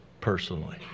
personally